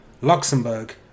Luxembourg